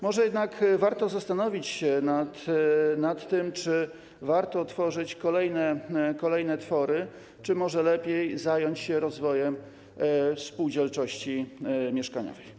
Może jednak warto zastanowić się nad tym, czy warto tworzyć kolejne twory, czy może lepiej zająć się rozwojem spółdzielczości mieszkaniowej.